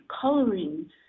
coloring